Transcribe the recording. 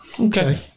Okay